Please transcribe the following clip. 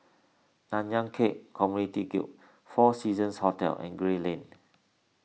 Nanyang Khek Community Guild four Seasons Hotel and Gray Lane